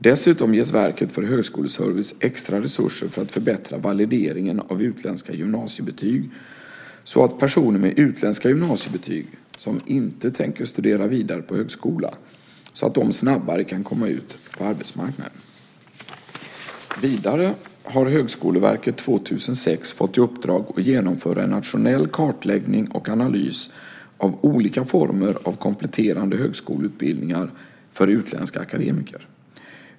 Dessutom ges Verket för högskoleservice extra resurser för att förbättra valideringen av utländska gymnasiebetyg så att personer med utländska gymnasiebetyg som inte tänker studera vidare på högskola snabbare kan komma ut på arbetsmarknaden. Vidare har Högskoleverket 2006 fått i uppdrag att genomföra en nationell kartläggning och analys av olika former av kompletterande högskoleutbildningar för utländska akademiker.